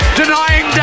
denying